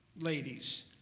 ladies